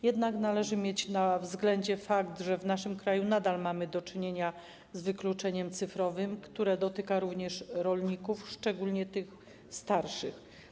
Jednak należy mieć na względzie fakt, że w naszym kraju nadal mamy do czynienia z wykluczeniem cyfrowym, które dotyka również rolników, szczególnie tych starszych.